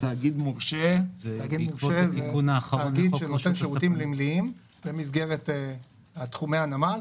"תאגיד מורשה" הוא תאגיד שנותן שירותים נמליים במסגרת תחומי הנמל,